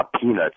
peanuts